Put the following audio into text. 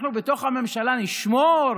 אנחנו בתוך הממשלה נשמור